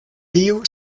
tiu